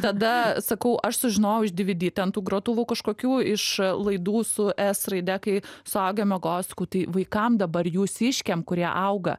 tada sakau aš sužinojau iš dvd ten tų grotuvų kažkokių iš laidų su s raide kai suaugę miegojo sakau tai vaikam dabar jūsiškiam kurie auga